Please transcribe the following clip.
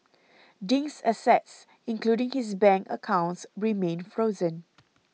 Ding's assets including his bank accounts remain frozen